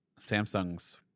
Samsung's